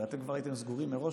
הרי אתם כבר הייתם סגורים מראש,